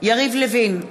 יריב לוין,